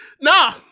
nah